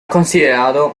considerado